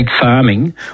farming